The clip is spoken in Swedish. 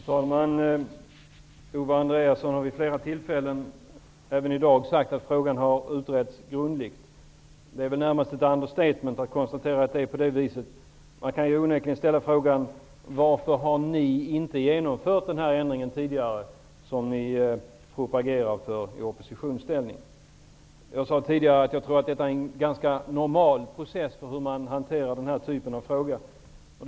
Herr talman! Owe Andréasson har vid flera tillfällen, och även i dag, sagt att frågan grundligt har utretts. Det är närmast ett understatement att konstatera att det är så. Man kan onekligen ställa frågan: Varför har ni inte tidigare genomfört den här ändringen, som ni propagerade för i oppositionsställning? Jag sade tidigare att jag tror att detta är en ganska normal process för den här typen av frågor.